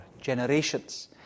generations